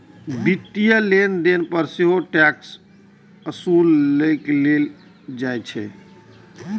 वित्तीय लेनदेन पर सेहो टैक्स ओसूलल जाइ छै